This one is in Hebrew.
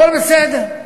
הכול בסדר.